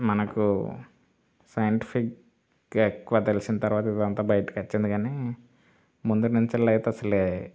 మనకు సైంటిఫిక్గా ఎక్కువ తెలిసింది తర్వాత ఇదంతా బయటకి వచ్చింది కానీ ముందు నుంచి ఇలా అయితే అసలే